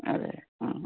അതെ ആ